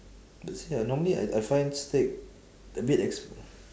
see ah normally I I find steak a bit ex